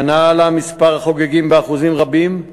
השנה עלה מספר החוגגים באחוזים רבים,